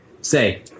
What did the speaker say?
Say